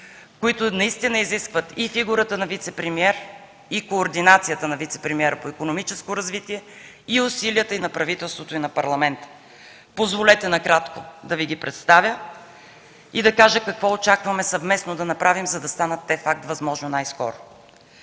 които наистина изискват и фигурата на вицепремиер, и координацията на вицепремиера по икономическото развитие, и усилията на правителството и Парламента. Позволете накратко да Ви ги представя и да кажа какво очакваме съвместно да направим, за да станат те факт възможно най скоро.